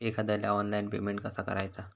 एखाद्याला online payment कसा करायचा?